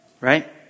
Right